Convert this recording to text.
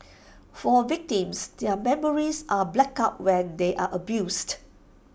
for victims their memories are blacked out when they are abused